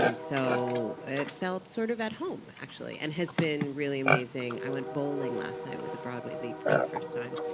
um so it felt sort of at home, actually, and has been really amazing. i went bowling last night with the broadway league for the first time.